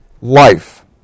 life